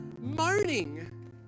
moaning